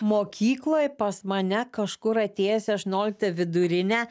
mokykloj pas mane kažkur atėjus į aštuonioliktą vidurinę